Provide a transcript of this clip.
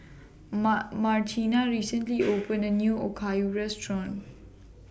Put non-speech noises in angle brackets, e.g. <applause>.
Ma Martina recently <noise> opened A New Okayu Restaurant